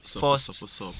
first